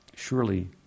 Surely